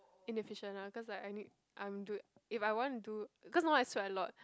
inefficient ah cause like I need I'm do if I want do cause now I sweat a lot